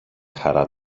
χαρά